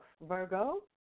Virgo